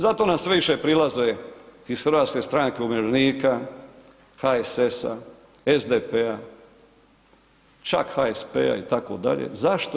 Zato nam sve više prilaze iz Hrvatske stranke umirovljenika, HSS-a, SDP-a, čak HSP-a itd., zašto?